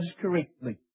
correctly